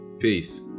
peace